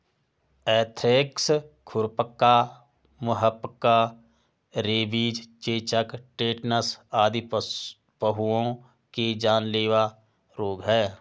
anthrax, खुरपका, मुहपका, rabies, चेचक, टेटनस आदि पहुओं के जानलेवा रोग हैं